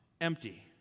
empty